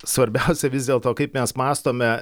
svarbiausia vis dėlto kaip mes mąstome